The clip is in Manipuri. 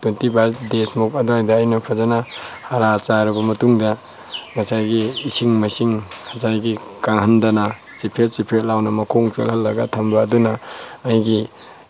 ꯇ꯭ꯋꯦꯟꯇꯤ ꯐꯥꯏꯚ ꯗꯦꯖꯃꯨꯛ ꯑꯗ꯭ꯋꯥꯏꯗ ꯑꯩꯅ ꯐꯖꯅ ꯍꯥꯔ ꯆꯥꯏꯔꯕ ꯃꯇꯨꯡꯗ ꯉꯁꯥꯏꯒꯤ ꯏꯁꯤꯡ ꯃꯥꯏꯁꯤꯡ ꯉꯁꯥꯏꯒꯤ ꯀꯪꯍꯟꯗꯅ ꯆꯤꯐꯦꯠ ꯆꯤꯐꯦꯠ ꯂꯥꯎꯅ ꯃꯈꯣꯡ ꯆꯣꯠꯍꯟꯂꯒ ꯊꯝꯕ ꯑꯗꯨꯅ ꯑꯩꯒꯤ